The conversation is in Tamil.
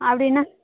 அப்படின்னா